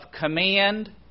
command